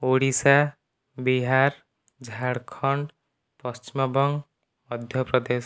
Odisha Bihar Jharkhand Paschimbanga Madhya Pradesh